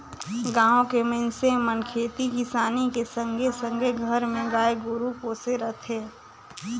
गाँव के मइनसे मन खेती किसानी के संघे संघे घर मे गाय गोरु पोसे रथें